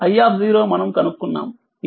i మనము కనుక్కున్నాము